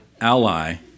ally